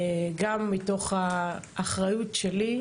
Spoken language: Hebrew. גם מתוך האחריות שלי,